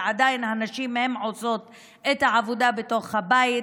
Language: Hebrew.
ועדיין הנשים הן שעושות את העבודה בתוך הבית,